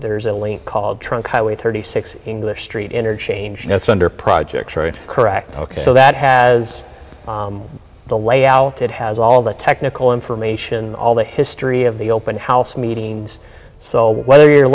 there's a link called trunk highway thirty six english street interchange and it's under project correct ok so that has the layout it has all the technical information all the history of the open house meeting so whether you're